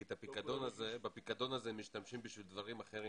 כי בפיקדון הזה משתמשים בשביל דברים אחרים: